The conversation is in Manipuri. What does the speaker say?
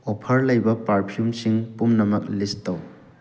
ꯑꯣꯐꯔ ꯂꯩꯕ ꯄꯥꯔꯐꯤꯌꯨꯝꯁꯤꯡ ꯄꯨꯝꯅꯃꯛ ꯂꯤꯁ ꯇꯧ